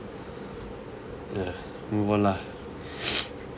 ya move on lah